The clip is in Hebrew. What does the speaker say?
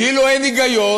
כאילו אין היגיון,